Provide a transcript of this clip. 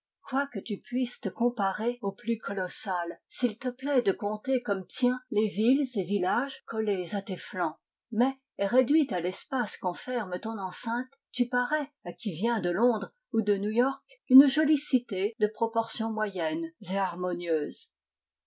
quoique tu puisses te comparer aux plus colossales s'il te plaît de compter comme tiens les villes et villages colles à tes flancs mais réduite à l'espace qu'enferme ton enceinte tu parais à qui vient de londres ou de newyork une jolie cité de proportions moyennes et harmonieuses